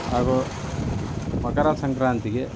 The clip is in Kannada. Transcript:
ಹಾಗೂ ಮಕರ ಸಂಕ್ರಾಂತಿಗೆ